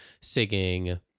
singing